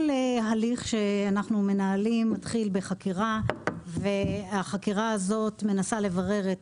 כל הליך שאנחנו מנהלים מתחיל בחקירה והחקירה הזאת מנסה לברר את